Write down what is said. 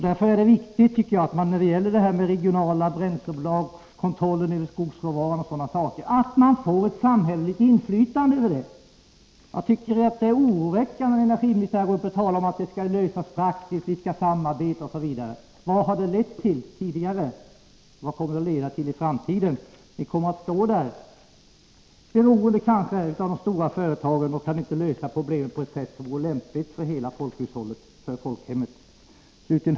Därför är det viktigt, tycker jag, att man får ett samhälleligt inflytande över regionala bränslebolag, kontrollen över skogsråvaran och sådana saker. Det är oroväckande när energiministern går upp och talar om att problemen skall lösas praktiskt, att vi skall samarbeta osv. Vad har det lett till tidigare, och vad kommer det att leda till i framtiden? Vi kommer att stå där, kanske beroende av de stora företagen, utan att kunna lösa problemen på ett sätt som vore lämpligt för hela folkhushållet, för folkhemmet. Herr talman!